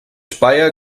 speyer